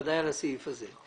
ודאי על הסעיף הזה,